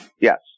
Yes